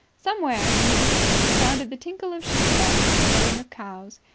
somewhere in the distance sounded the tinkle of sheep bells and the lowing of cows.